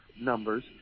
numbers